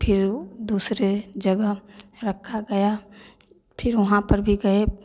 फिर ऊ दूसरे जगह रखा गया फिर वहाँ पर भी गए